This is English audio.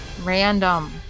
random